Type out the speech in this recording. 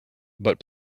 but